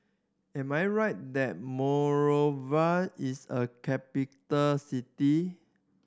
am I right that Monrovia is a capital city